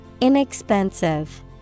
Inexpensive